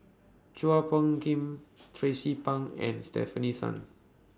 Chua Phung Kim Tracie Pang and Stefanie Sun